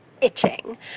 itching